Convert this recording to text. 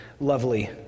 lovely